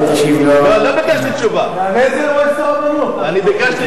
לא, אל תשיב לו.